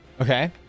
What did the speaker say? okay